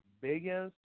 biggest